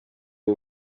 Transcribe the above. w’u